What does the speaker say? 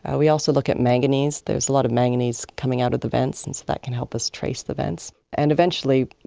ah we also look at manganese. there's a lot of manganese coming out of the vents, and so that can help us trace the vents. and eventually,